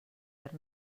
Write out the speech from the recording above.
fer